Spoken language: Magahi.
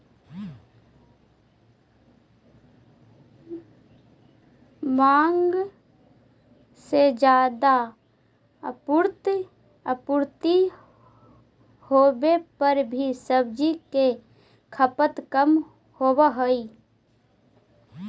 माँग से ज्यादा आपूर्ति होवे पर भी सब्जि के खपत कम होवऽ हइ